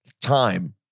time